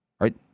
Right